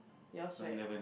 yours right